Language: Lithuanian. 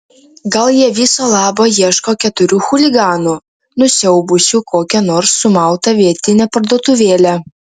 gal jie viso labo ieško keturių chuliganų nusiaubusių kokią nors sumautą vietinę parduotuvėlę